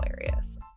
hilarious